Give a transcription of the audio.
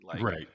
Right